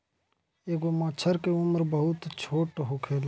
एगो मछर के उम्र बहुत छोट होखेला